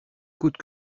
coûte